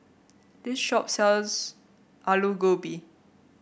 this shop sells Alu Gobi